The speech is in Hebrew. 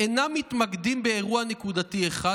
אינם מתמקדים באירוע נקודתי אחד,